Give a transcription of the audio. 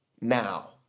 Now